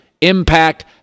impact